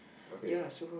okay